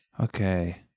Okay